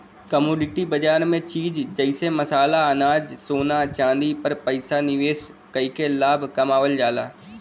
commodity बाजार में चीज जइसे मसाला अनाज सोना चांदी पर पैसा निवेश कइके लाभ कमावल जाला